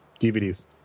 DVDs